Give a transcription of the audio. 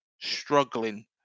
struggling